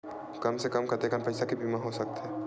कम से कम कतेकन पईसा के बीमा हो सकथे?